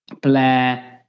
Blair